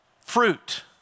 fruit